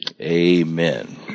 Amen